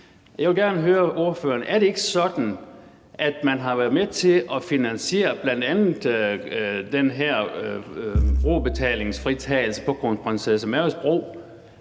Er det ikke sådan, at man bl.a. har været med til at finansiere den her brugerbetalingsfritagelse på Kronprinsesse Marys Bro?